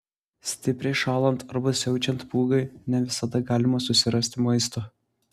stipriai šąlant arba siaučiant pūgai ne visada galima susirasti maisto